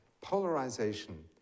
polarization